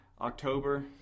october